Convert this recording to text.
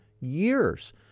years